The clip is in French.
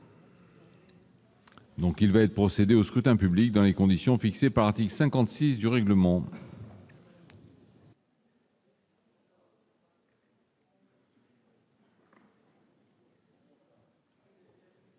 Il va être procédé au scrutin dans les conditions fixées par l'article 56 du règlement.